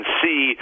see